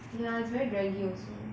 ya it's very draggy also